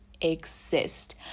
exist